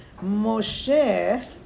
Moshe